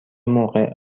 موقع